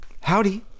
howdy